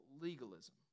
legalism